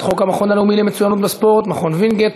חוק המכון הלאומי למצוינות בספורט (מכון וינגייט),